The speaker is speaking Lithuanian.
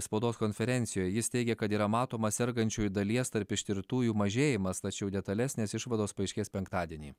spaudos konferencijoj jis teigė kad yra matomas sergančiųjų dalies tarp ištirtųjų mažėjimas tačiau detalesnės išvados paaiškės penktadienį